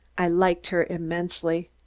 i liked her immensely.